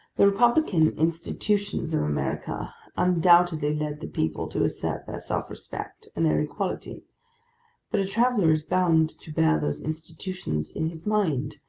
the republican institutions of america undoubtedly lead the people to assert their self-respect and their equality but a traveller is bound to bear those institutions in his mind,